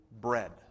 bread